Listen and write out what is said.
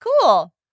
cool